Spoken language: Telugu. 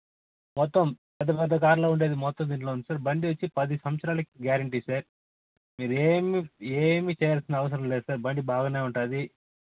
మొత్తం పెద్ద పెద్ద కార్లో ఉండేది మొత్తం దీంట్లో ఉంది సార్ పది సంవత్సరాలకి గ్యారెంటీ సార్ మీరేమి ఏమి చేయాల్సిన అవసరం లేదు సార్ బండి బాగనే ఉంటుంది